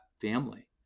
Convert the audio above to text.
family